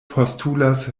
postulas